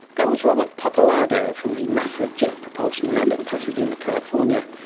that was robert pappalardo from the nasa jet propulsion lab at pasadena, california,